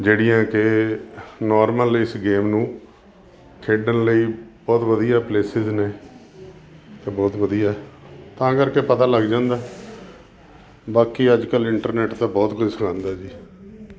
ਜਿਹੜੀਆਂ ਕਿ ਨੋਰਮਲ ਇਸ ਗੇਮ ਨੂੰ ਖੇਡਣ ਲਈ ਬਹੁਤ ਵਧੀਆ ਪਲੇਸਿਸ ਨੇ ਅਤੇ ਬਹੁਤ ਵਧੀਆ ਤਾਂ ਕਰਕੇ ਪਤਾ ਲੱਗ ਜਾਂਦਾ ਬਾਕੀ ਅੱਜ ਕੱਲ੍ਹ ਇੰਟਰਨੈਟ ਤਾਂ ਬਹੁਤ ਕੁਝ ਸਿਖਾਉਂਦਾ ਜੀ